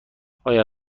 آیا